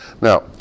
Now